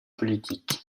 politique